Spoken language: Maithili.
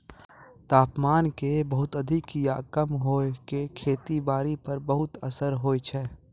तापमान के बहुत अधिक या कम होय के खेती बारी पर बहुत असर होय छै